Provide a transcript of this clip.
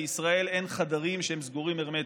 בישראל אין חדרים שהם סגורים הרמטית.